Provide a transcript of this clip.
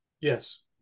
yes